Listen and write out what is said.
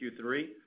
Q3